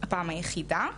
הפעם היחידה,